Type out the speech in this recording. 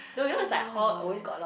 [oh]-my-god I want to go